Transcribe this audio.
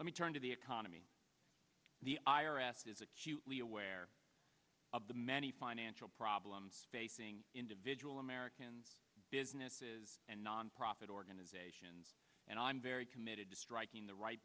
let me turn to the economy the i r s is acutely aware of the many financial problems facing individual american businesses and nonprofit organizations and i'm very committed to striking the right